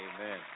Amen